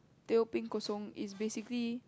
teh o Peng ko-song is basically